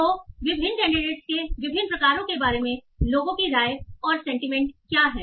तो विभिन्न कैंडीडेट्स के विभिन्न प्रकारों के बारे में लोगों की राय और सेंटीमेंट्स क्या हैं